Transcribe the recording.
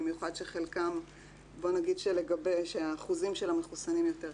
במיוחד שבוא נגיד שהאחוזים של המחוסנים יותר קטנים.